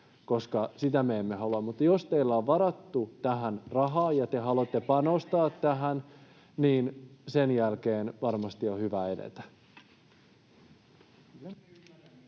koska sitä me emme halua. Mutta jos teillä on varattu tähän rahaa [Mia Laiho: Selvitämme nämä!] ja te haluatte panostaa tähän, niin sen jälkeen varmasti on hyvä edetä.